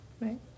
right